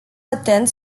attend